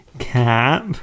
Cap